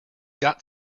got